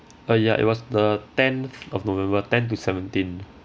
uh ya it was the tenth of november ten to seventeenth